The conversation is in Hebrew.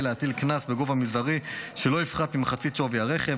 להטיל קנס בגובה מזערי שלא יפחת ממחצית שווי הרכב,